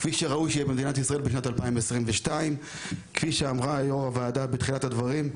כפי שראוי שיהיה במדינת ישראל בשנת 2022. כפי שאמרה יו"ר הוועדה בתחילת הדברים,